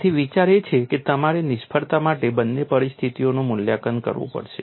તેથી વિચાર એ છે કે તમારે નિષ્ફળતા માટે બંને પરિસ્થિતિઓનું મૂલ્યાંકન કરવું પડશે